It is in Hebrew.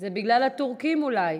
איזה, קפה "עלית"?